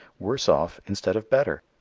worse off instead of better.